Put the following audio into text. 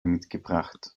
mitgebracht